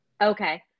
Okay